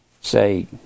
say